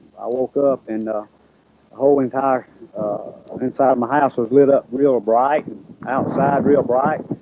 i woke up and the whole, entire inside of my house was lit up real bright outside real bright